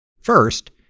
First